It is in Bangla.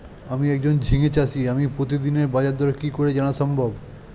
আমি একজন ঝিঙে চাষী আমি প্রতিদিনের বাজারদর কি করে জানা সম্ভব?